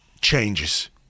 changes